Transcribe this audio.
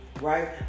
right